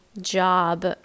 job